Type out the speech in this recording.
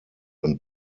und